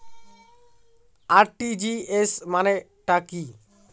RTGS মানে টা কি?